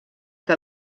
que